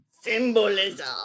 symbolism